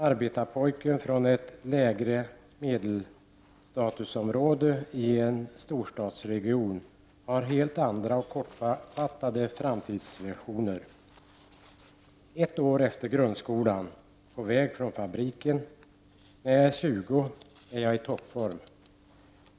Arbetarpojken från ett lägremedelstatusområde i en storstadsregion har helt andra och kortfattade framtidsvisioner: När jag är 20 år är jag i toppform.